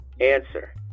Answer